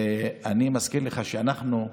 ואני מזכיר לך שאנחנו,